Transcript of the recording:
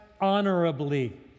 honorably